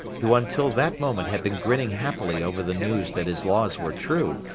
who until that moment had been grinning happily over the news that his laws were true,